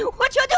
what you and